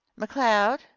mccloud